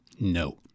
no